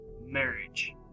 marriage